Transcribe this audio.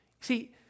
See